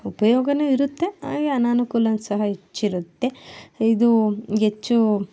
ಉಪಯೋಗವೂ ಇರುತ್ತೆ ಹಾಗೇ ಅನಾನುಕೂಲವೂ ಸಹ ಹೆಚ್ಚಿರುತ್ತೆ ಇದು ಹೆಚ್ಚು